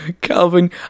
Calvin